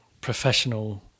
professional